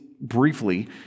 briefly